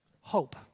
hope